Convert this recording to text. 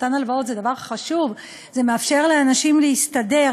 מתן הלוואות זה דבר חשוב, זה מאפשר לאנשים להסתדר.